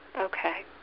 Okay